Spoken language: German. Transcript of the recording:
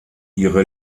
ihre